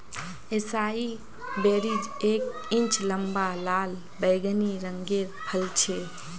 एसाई berries एक inch लंबा लाल बैंगनी रंगेर फल छे